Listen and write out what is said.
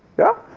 yeah?